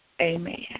amen